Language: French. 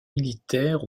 militaire